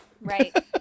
Right